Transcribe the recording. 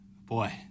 boy